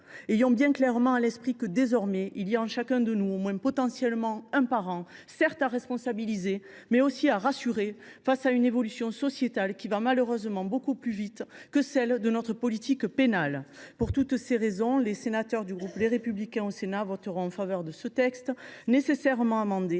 Ayons clairement à l’esprit que, désormais, il y a en chacun de nous au moins potentiellement un parent, certes à responsabiliser, mais aussi à rassurer face à une évolution sociétale, hélas ! bien plus rapide que celle de notre politique pénale. Pour toutes ces raisons, les sénateurs du groupe Les Républicains voteront en faveur de ce texte. Nécessairement amendé,